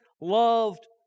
loved